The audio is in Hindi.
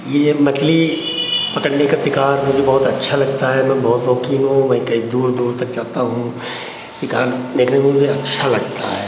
ये एक मछली पकड़ने का शिकार मुझे बहुत अच्छा लगता है मैं बहुत शौकीन हूँ मैं कई दूर दूर तक जाता हूँ शिकार करने में मुझे अच्छा लगता है